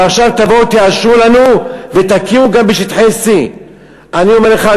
ועכשיו תבואו תאשרו לנו ותכירו גם בשטחי C. אני אומר לך,